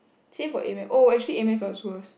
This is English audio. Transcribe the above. same for A maths oh actually A maths I was worse